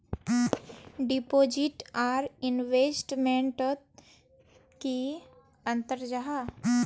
Deposit आर investment तोत की अंतर जाहा?